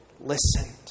listened